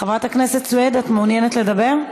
חברת הכנסת סויד, את מעוניינת לדבר?